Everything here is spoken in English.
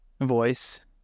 voice